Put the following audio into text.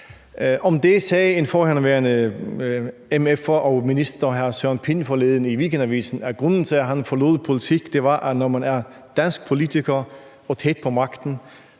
Om det sagde en forhenværende mf og minister, hr. Søren Pind, forleden i Weekendavisen, at grunden til, at han forlod politik, var, at når man er dansk politiker og tæt på magten,